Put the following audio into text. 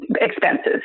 expenses